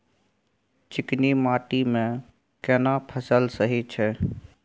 चिकनी माटी मे केना फसल सही छै?